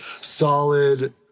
solid